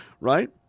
Right